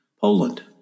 Poland